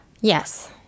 Yes